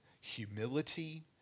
humility